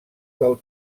del